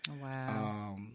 wow